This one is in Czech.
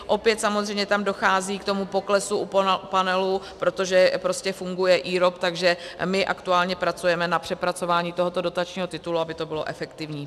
Opět samozřejmě tam dochází k poklesu u Panelu, protože prostě funguje IROP, takže my aktuálně pracujeme na přepracování tohoto dotačního titulu, aby to bylo efektivní.